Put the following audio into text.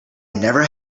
never